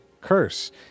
curse